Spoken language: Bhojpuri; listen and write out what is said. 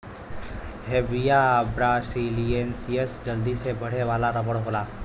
हेविया ब्रासिलिएन्सिस जल्दी से बढ़े वाला रबर होला